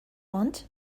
want